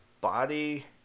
body